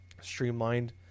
streamlined